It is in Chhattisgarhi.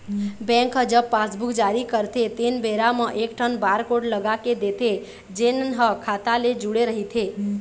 बेंक ह जब पासबूक जारी करथे तेन बेरा म एकठन बारकोड लगा के देथे जेन ह खाता ले जुड़े रहिथे